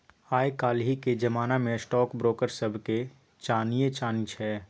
आय काल्हिक जमाना मे स्टॉक ब्रोकर सभके चानिये चानी छै